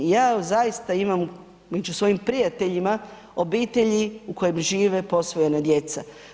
Ja zaista imam među u svojim prijateljima obitelji u kojim žive posvojena djeca.